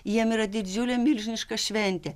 jiem yra didžiulė milžiniška šventė